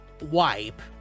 wipe